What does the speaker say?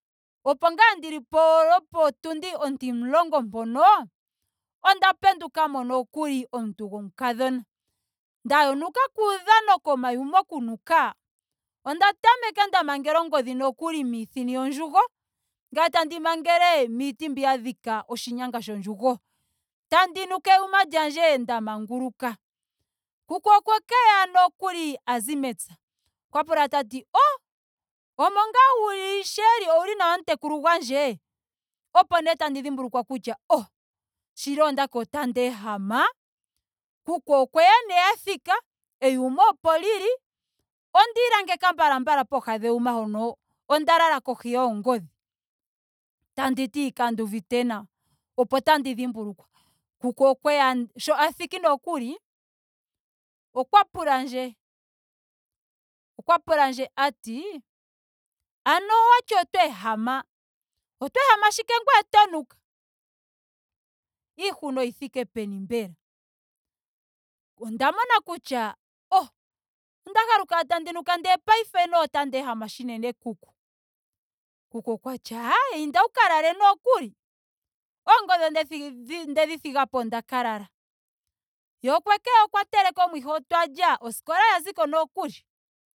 Opo ngaa ndilipo lopotundi ontimulongo mpono. onda pendukamo nokuli omuntu gomukadhona. Nda yonuuka kuudhano komayuma oku nuka. onda tameka oku nukanokuli nda mangela ongodhi miithini yondjugo ngame tandi mangele miiti mbi ya dhika oshinyanga shondjugo. Tandi nuka eyuma lyandje nda manguluka. Kuku okweke ya nokuli a zi mepya. okwa pula kutya o omo ngaa uli sheeli. ouli nawa mutekulu gwandje? Opo nee tandi dhimbulukwa kutya o shili ondati otandi ehama. Kuku okweya nee a thika. eyuma opo lili. ondiilangeka mbalambala pooha neyuma ndyono. onda lala kohi yoongodhi. tanditi kanduuvite nawa. opo tandi dhimbulukwa. Kuku okweya sho a thiki nokuli okwa pulandje ati. ano owati oto ehama. oto ehama shike ngweye oto nuka? Iihuna oyi thike peni mbela? Onda mona kutya oh onda haluka ashike tandi nuka. ihe ngaashingeyi otandi ehama unene kuku. Kuku okwati aaye inda wu ka lala nokuli. Oongodhi ondedhi ondedhi thigapo onda ka lala. Ye okwekeya okwa teleka omwiha ota lya. oskola ya ziko nookuli.